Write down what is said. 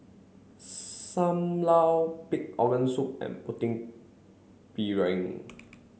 Sam Lau pig organ soup and putu piring